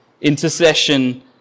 intercession